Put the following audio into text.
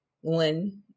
one